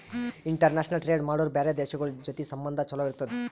international trade ಮಾಡುರ್ ಬ್ಯಾರೆ ದೇಶಗೋಳ್ ಜೊತಿ ಸಂಬಂಧ ಛಲೋ ಇರ್ತುದ್